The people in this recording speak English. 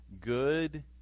good